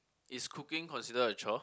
is cooking consider a chore